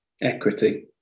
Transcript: equity